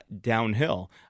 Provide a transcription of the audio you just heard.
Downhill